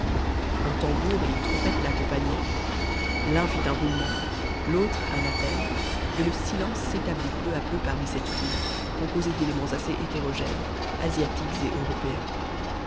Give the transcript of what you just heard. un tambour et un trompette l'accompagnaient l'un fit un roulement l'autre un appel et le silence s'établit peu à peu parmi cette foule composée d'éléments assez hétérogènes asiatiques et européens